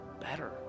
better